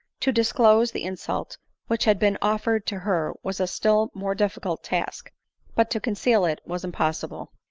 to disclose the insult which had been offered to her was a still more difficult task but to conceal it was impossible.